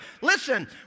Listen